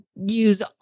use